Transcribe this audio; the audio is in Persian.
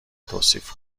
توصیف